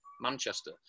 Manchester